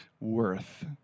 worth